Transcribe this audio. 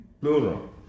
plural